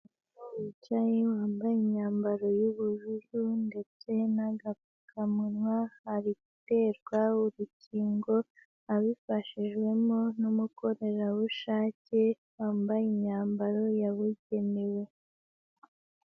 Umuntu wicaye, wambaye imyambaro y'ubururu ndetse nagakamunwa, ari guterwa urukingo abifashijwemo n'umukorerabushake, wambaye imyambaro yabugenewe.